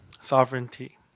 sovereignty